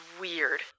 weird